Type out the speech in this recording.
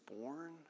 born